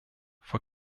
for